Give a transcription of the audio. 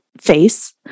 face